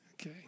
Okay